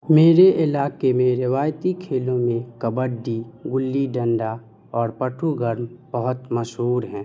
میرے علاقے میں روایتی کھیلوں میں کبڈی گلی ڈنڈا اور پٹھو گرم بہت مشہور ہیں